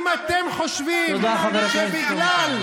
אם אתם חושבים שבגלל,